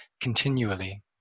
continually